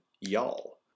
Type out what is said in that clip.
y'all